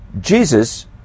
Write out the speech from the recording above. Jesus